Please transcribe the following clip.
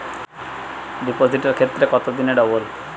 ডিপোজিটের ক্ষেত্রে কত দিনে ডবল?